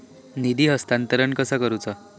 निधी हस्तांतरण कसा करुचा?